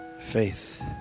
faith